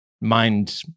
mind